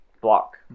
block